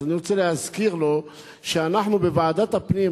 אז אני רוצה להזכיר לו שאנחנו בוועדת הפנים,